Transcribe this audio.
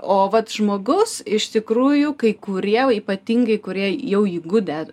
o vat žmogaus iš tikrųjų kai kurie ypatingai kurie jau įgudę